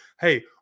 hey